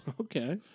Okay